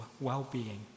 well-being